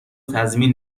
تضمین